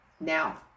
now